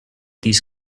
these